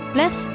Plus